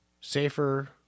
Safer